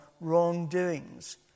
wrongdoings